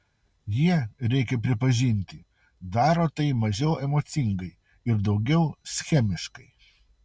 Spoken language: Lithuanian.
jie reikia pripažinti daro tai mažiau emocingai ir daugiau schemiškai